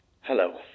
Hello